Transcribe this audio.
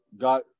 got